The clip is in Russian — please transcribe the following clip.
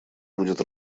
будет